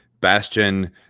bastion